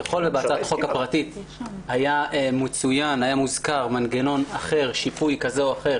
ככל שבהצעת החוק היה מוזכר מנגנון שיפוי אחר כזה או אחר,